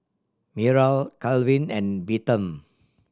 Myrle Calvin and Bethann